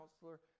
counselor